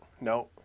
No